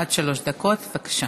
עד שלוש דקות, בבקשה.